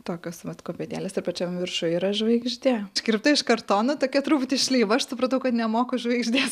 tokios vat kopetėlės ir pačiam viršuj yra žvaigždė iškirpta iš kartono tokia truputį šleiva aš supratau kad nemoku žvaigždės